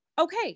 okay